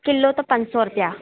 kilo त पंज सौ रुपिया